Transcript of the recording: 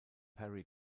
perry